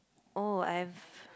oh I've